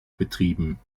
betrieben